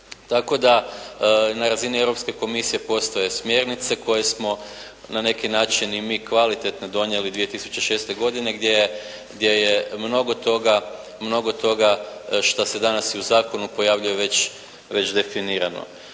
Tako da na razini Europske komisije postoje smjernice koje smo na neki način i mi kvalitetno donijelo 2006. godine gdje je mnogo toga što se danas i u zakonu pojavljuje već definirano.